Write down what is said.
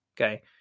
Okay